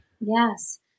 Yes